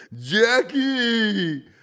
Jackie